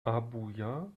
abuja